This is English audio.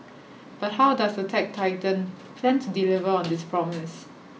but how does the tech titan plan to deliver on this promise